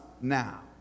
now